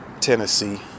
Tennessee